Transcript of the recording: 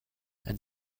and